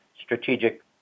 strategic